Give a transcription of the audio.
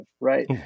right